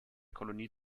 kolonie